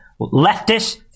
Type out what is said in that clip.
leftist